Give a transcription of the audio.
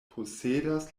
posedas